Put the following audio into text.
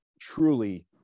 truly